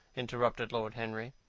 interrupted lord henry.